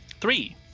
Three